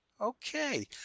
Okay